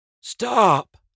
Stop